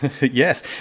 yes